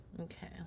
Okay